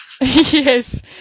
Yes